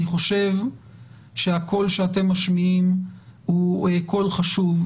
אני חושב שהקול שאתם משמיעים הוא קול חשוב,